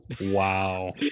Wow